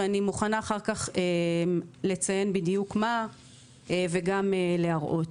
ואני מוכנה אחר כך לציין בדיוק מה וגם להראות.